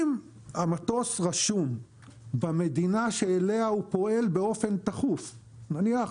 אם המטוס רשום במדינה שאליה הוא פועל באופן תכוף נניח,